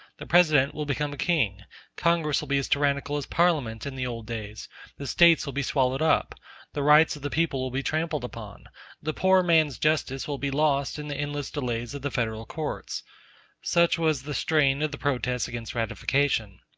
the president will become a king congress will be as tyrannical as parliament in the old days the states will be swallowed up the rights of the people will be trampled upon the poor man's justice will be lost in the endless delays of the federal courts such was the strain of the protests against ratification.